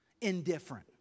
indifferent